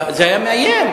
זה לא היה מאיים.